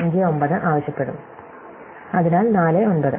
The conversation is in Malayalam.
ഇപ്പോൾ ഇവ രണ്ടും 49 ആവശ്യപ്പെടും അതിനാൽ 49